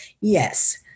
Yes